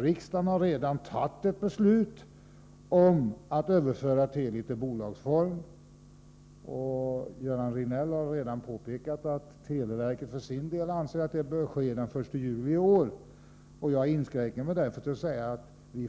Riksdagen har fattat beslut om att överföra Teli till bolagsform, och Göran Riegnell har redan påpekat att televerket för sin del anser att det bör ske den 1 juli i år. Jag inskränker mig därför till att säga att vi